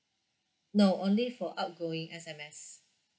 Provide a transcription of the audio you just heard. no only for outgoing S_M_S